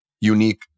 unique